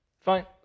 Fine